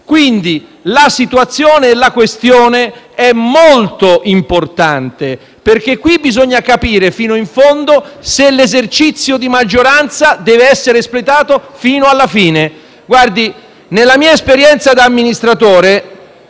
versa la maggioranza. La questione è molto importante, perché bisogna capire fino in fondo se l'esercizio di maggioranza deve essere espletato fino alla fine. Nella mia esperienza da amministratore